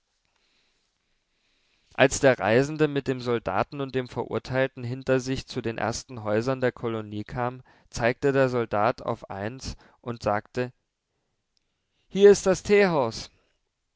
als der reisende mit dem soldaten und dem verurteilten hinter sich zu den ersten häusern der kolonie kam zeigte der soldat auf eins und sagte hier ist das teehaus